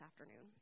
afternoon